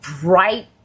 bright